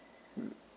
mm